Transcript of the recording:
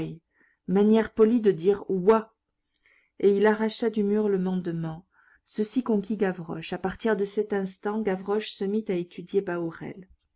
manière polie de dire oies et il arracha du mur le mandement ceci conquit gavroche à partir de cet instant gavroche se mit à étudier